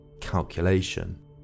Calculation